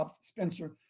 Spencer